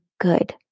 good